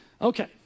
Okay